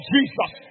Jesus